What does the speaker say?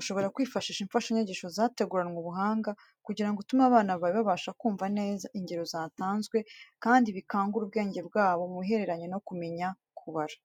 Ushobora kwifashisha imfashanyigisho zateguranwe ubuhanga kugira ngo utume abana bawe babasha kumva neza ingero zatanzwe kandi bikangure ubwenge bwabo mu bihereranye no kumenya kubara.